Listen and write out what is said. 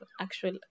actual